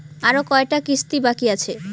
আরো কয়টা কিস্তি বাকি আছে?